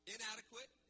Inadequate